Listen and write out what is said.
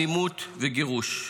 אלימות וגירוש.